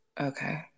Okay